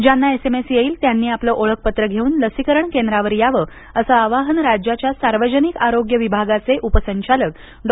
ज्यांना एसएमएस येईल त्यांनी आपलं ओळखपत्र घेऊन लसीकरण केंद्रावर यावं असं अवाहन राज्याच्या सार्वजनिक आरोग्य विभागाचे उपसंचालक डॉ